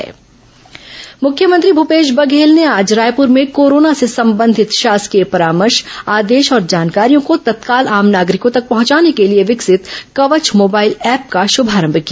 corona mobile app मुख्यमंत्री भूपेश बघेल ने आज रायपुर में कोरोना से संबंधित शासकीय परामर्श आदेश और जानकारियों को ह का प्रमुख राम नागरिकों तक पहचाने के लिए विकसित कवच मोबाइल ऐप का शमारंभ किया